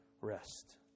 rest